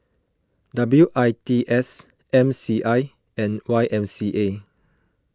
W I T S M C I and Y M C A